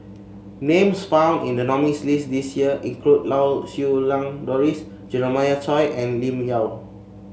names found in the nominees' list this year include Lau Siew Lang Doris Jeremiah Choy and Lim Yau